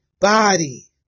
body